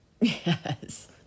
Yes